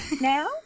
now